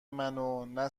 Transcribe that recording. منو، نه